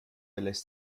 lässt